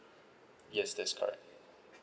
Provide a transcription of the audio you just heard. yes that's correct